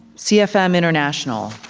cfm international.